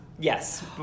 Yes